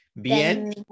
Bien